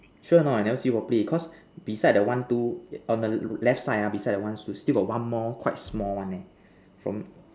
sure or not you never see properly cause beside the one two on the left side ah beside the one two still got one more quite small one leh from